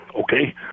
okay